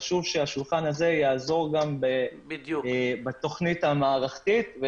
חשוב שהשולחן הזה יעזור גם בתכנית המערכתית.